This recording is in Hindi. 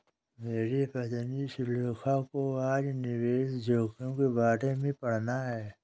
मेरी पत्नी सुलेखा को आज निवेश जोखिम के बारे में पढ़ना है